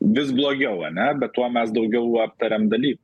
vis blogiau ane bet tuo mes daugiau aptariam daly